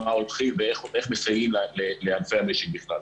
הולכים ואיך מסייעים לענפי המשק בכלל.